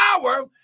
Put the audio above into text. power